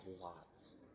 lots